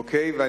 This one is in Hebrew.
אוקיי.